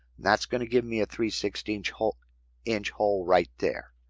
that's going to give me a three sixteen inch hole inch hole right there.